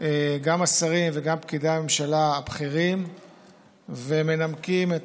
השרים ופקידי הממשלה הבכירים ומנמקים את